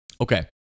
Okay